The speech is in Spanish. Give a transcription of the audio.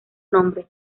nombre